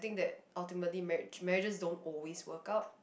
think that ultimately marriage marriages don't always work out